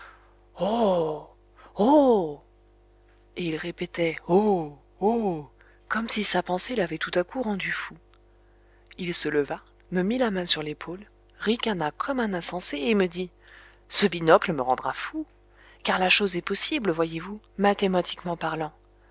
et il répétait oh oh comme si sa pensée l'avait tout à coup rendu fou il se leva me mit la main sur l'épaule ricana comme un insensé et me dit ce binocle me rendra fou car la chose est possible voyezvous mathématiquement parlant